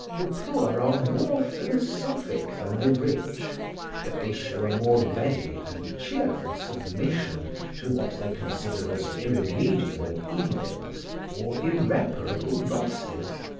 the poor are more philosophic than the rich that they show a more ready and cheerful submission to what they consider as irremediable evils or irreparable losses.